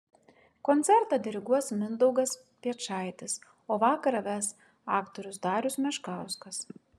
koncertą diriguos mindaugas piečaitis o vakarą ves aktorius darius meškauskas